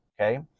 okay